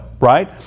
right